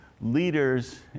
leaders